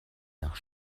nach